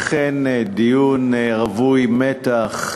אכן דיון רווי מתח,